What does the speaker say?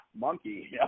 monkey